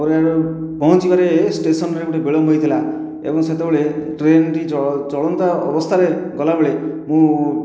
ମୋର ପହଞ୍ଚିବାରେ ଷ୍ଟେସନରେ ଗୋଟିଏ ବିଳମ୍ବ ହୋଇଥିଲା ଏବଂ ସେତେବେଳେ ଟ୍ରେନ୍ଟି ଚଳନ୍ତା ଅବସ୍ଥାରେ ଗଲାବେଳେ ମୁଁ